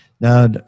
Now